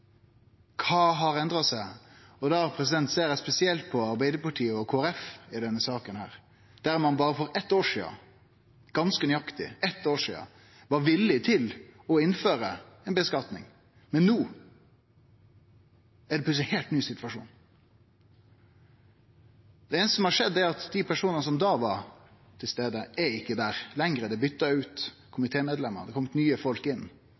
eg spesielt på Arbeidarpartiet og Kristeleg Folkeparti i denne saka, der ein for berre eitt år sidan – ganske nøyaktig eitt år sidan – var villig til å innføre skattlegging, men no er det plutseleg ein heilt ny situasjon. Det einaste som har skjedd, er at personane som var til stades da, ikkje er der lenger. Komitémedlemar er bytte ut, og nye folk har kome inn.